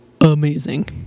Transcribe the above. Amazing